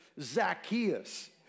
Zacchaeus